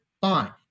fine